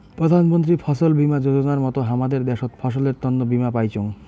প্রধান মন্ত্রী ফছল বীমা যোজনার মত হামাদের দ্যাশোত ফসলের তন্ন বীমা পাইচুঙ